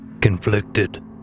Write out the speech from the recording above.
Conflicted